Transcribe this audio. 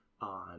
on